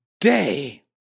day